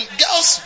girls